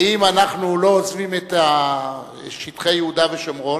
ואם אנחנו לא עוזבים את שטחי יהודה ושומרון,